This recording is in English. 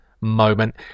moment